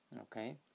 Okay